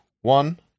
One